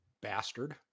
bastard